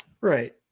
Right